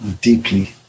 Deeply